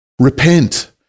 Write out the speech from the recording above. Repent